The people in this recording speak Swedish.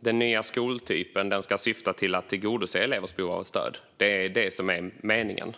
den nya skoltypen ska syfta till att tillgodose elevers behov av stöd. Det är det som är meningen.